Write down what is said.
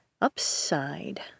Upside